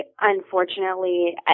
unfortunately